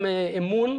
גם אמון,